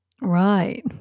Right